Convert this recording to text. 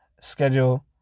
schedule